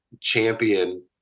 champion